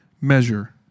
measure